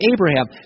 Abraham